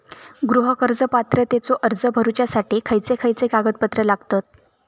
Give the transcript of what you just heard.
गृह कर्ज पात्रतेचो अर्ज भरुच्यासाठी खयचे खयचे कागदपत्र लागतत?